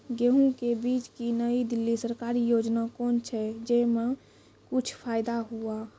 गेहूँ के बीज की नई दिल्ली सरकारी योजना कोन छ जय मां कुछ फायदा हुआ?